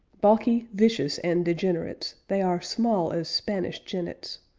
balky, vicious, and degenerates, they are small as spanish jennets,